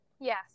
Yes